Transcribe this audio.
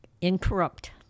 incorrupt